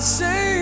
say